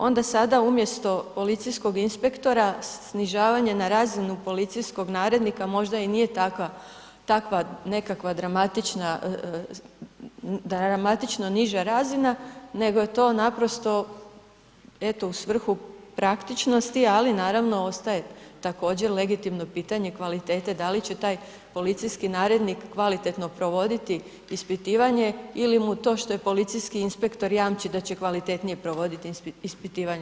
Onda sada umjesto policijskog inspektora, snižavanja na razinu policijskog narednika možda i nije takva nekakva dramatično niža razina, nego je to naprosto evo, u svrhu praktičnosti, ali naravno, ostaje legitimno pitanje kvalitete, da li će taj policijski narednik kvalitetno provoditi ispitivanje ili mu to što je policijski inspektor jamči da će kvalitetnije provoditi ispitivanje.